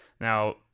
Now